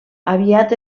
aviat